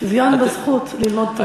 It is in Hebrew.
שוויון בזכות ללמוד תורה.